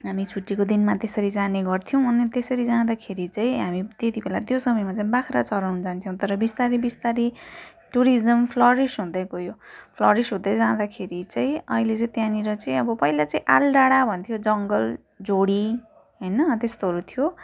हामी छुट्टीको दिनमा त्यसरी जाने गर्थ्यौँ अनि त्यसरी जाँदाखेरि चाहिँ हामी त्यति बेला त्यो समयमा चाहिँ बाख्रा चराउन जान्थ्यौँ तर बिस्तारी बिस्तारी टुरिज्म फ्लोरिस हुँदै गयो फ्लोरिस हुँदै जाँदाखेरि चाहिँ अहिले चाहिँ त्यहाँनिर चाहिँ अब पहिले चाहिँ आल डाँडा भन्थ्यो जङ्गल झोडी होइन त्यस्तोहरू थियो